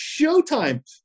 showtime